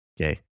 Okay